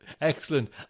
Excellent